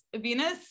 Venus